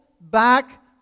back